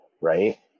right